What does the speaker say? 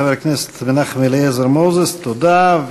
חבר הכנסת מנחם אליעזר מוזס, תודה.